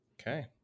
Okay